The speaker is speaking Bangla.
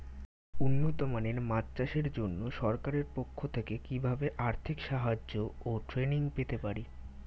উন্নত মানের মাছ চাষের জন্য সরকার পক্ষ থেকে কিভাবে আর্থিক সাহায্য ও ট্রেনিং পেতে পারি?